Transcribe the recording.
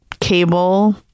Cable